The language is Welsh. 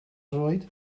droed